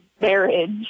marriage